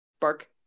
bark